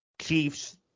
Chiefs